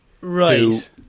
Right